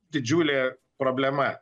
didžiulė problema